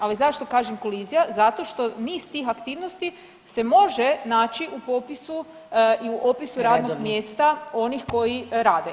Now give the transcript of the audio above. Ali zašto kažem kolizija, zato što niz tih aktivnosti se može naći u popisu i u opisu radnog mjesta onih koji rade.